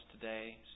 today